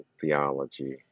theology